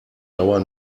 dauer